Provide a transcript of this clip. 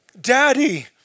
Daddy